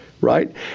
right